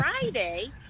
Friday